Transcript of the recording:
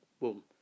boom